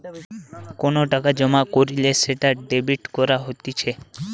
কোনো টাকা জমা কইরলে সেটা ডেবিট করা বলা হতিছে